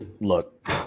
look